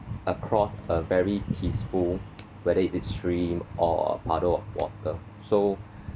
across a very peaceful whether is it stream or puddle of water so